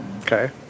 Okay